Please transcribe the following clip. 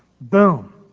Boom